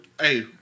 hey